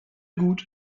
gut